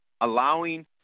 allowing